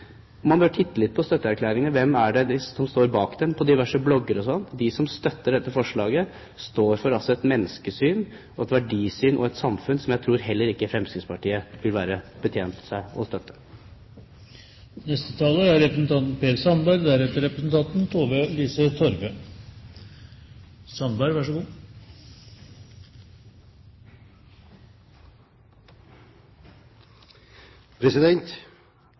Hvem er det som står bak dem, på diverse blogger osv.? De som støtter dette forslaget, står for et menneskesyn, et verdisyn og et samfunn som jeg tror heller ikke Fremskrittspartiet vil være bekjent av å